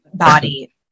Body